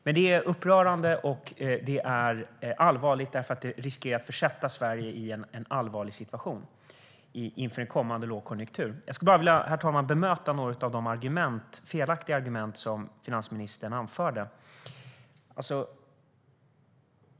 Men det är också upprörande och allvarligt, för det riskerar att försätta Sverige i en allvarlig situation inför en kommande lågkonjunktur. Herr talman! Jag skulle vilja bemöta några av de felaktiga argument som finansministern anförde.